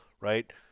right